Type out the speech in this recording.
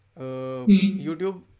YouTube